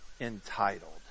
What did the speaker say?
entitled